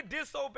disobey